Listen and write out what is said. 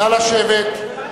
נא לשבת.